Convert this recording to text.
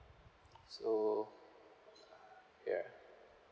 so ya